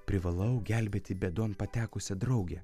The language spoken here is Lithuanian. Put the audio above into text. privalau gelbėti bėdon patekusią draugę